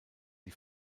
die